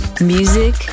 Music